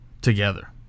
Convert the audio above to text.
together